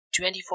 24